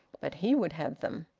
but he would have them.